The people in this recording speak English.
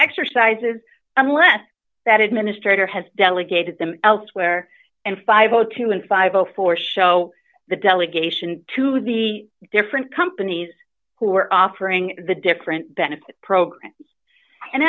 exercises unless that administrator has delegated them elsewhere and five o two and five o four show the delegation to the different companies who are offering the different benefit